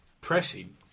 pressing